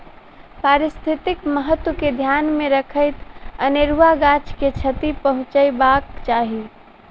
पारिस्थितिक महत्व के ध्यान मे रखैत अनेरुआ गाछ के क्षति पहुँचयबाक चाही